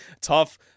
tough